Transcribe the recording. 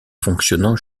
fonctionnant